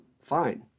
fine